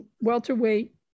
welterweight